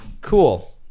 Cool